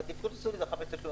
תפרסו לי לחמישה תשלומים.